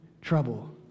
trouble